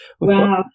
Wow